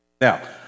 Now